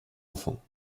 enfants